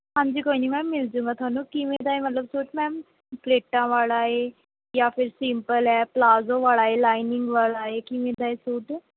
ਹਾਂਜੀ ਕੋਈ ਨਹੀਂ ਮੈਮ ਮਿਲ ਜੂਗਾ ਤੁਹਾਨੂੰ ਕਿਵੇਂ ਦਾ ਹੈ ਮਤਲਬ ਸੂਟ ਮੈਮ ਪਲੇਟਾਂ ਵਾਲਾ ਹੈ ਜਾਂ ਫਿਰ ਸਿੰਪਲ ਹੈ ਪਲਾਜ਼ੋ ਵਾਲਾ ਹੈ ਲਾਈਨਿੰਗ ਵਾਲਾ ਹੈ ਕਿਵੇਂ ਦਾ ਹੈ ਸੂਟ